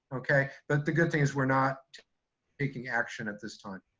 okay, but the good thing is we're not taking action at this time.